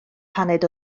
paned